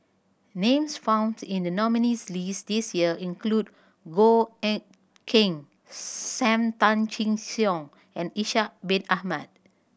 names found in the nominees' list this year include Goh Eck Kheng Sam Tan Chin Siong and Ishak Bin Ahmad